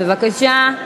בבקשה.